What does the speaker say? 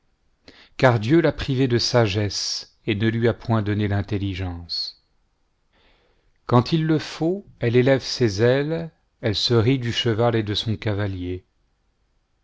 quand il le faut elle élève ses uiles elle se rit du cheval et de son cavalier